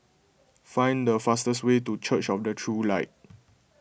find the fastest way to Church of the True Light